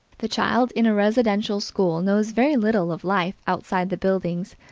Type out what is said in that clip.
the child in a residential school knows very little of life outside the buildings,